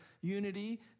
unity